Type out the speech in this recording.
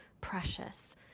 precious